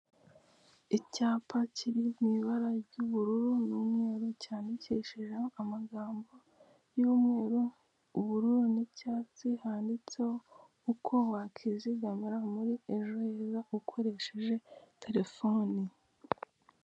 Icyapa kiri mu ibara ry'ubururu n'umweru, cyandikishijeho amagambo y'umweru, ubururu n'icyatsi, handitseho uko wakwizigamira muri ejo heza ukoresheje telefoni.